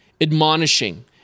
admonishing